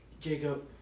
Jacob